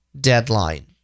deadline